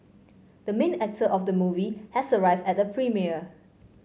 the main actor of the movie has arrived at the premiere